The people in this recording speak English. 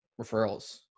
referrals